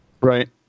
Right